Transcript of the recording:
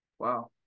Wow